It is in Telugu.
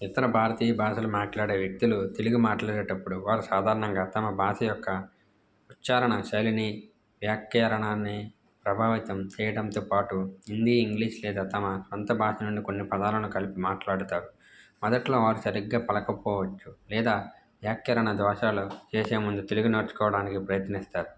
ఇతర భారతీయ భాషలు మాట్లాడే వ్యక్తులు తెలుగు మాట్లాడేటప్పుడు వారు సాధారణంగా తమ భాష యొక్క ఉచ్చారణ శైలిని వ్యాక్యరణాన్ని ప్రభావితం చేయడంతో పాటు హిందీ ఇంగ్లీష్ లేదా తమ సొంత భాష నుండి కొన్ని పదాలను కలిపి మాట్లాడతారు మొదట్లో వారు సరిగ్గా పలకపోవచ్చు లేదా వ్యాక్యరణ దోషాలు చేసే ముందు తెలుగు నేడుచుకోవడానికి ప్రయత్నిస్తారు